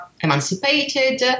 emancipated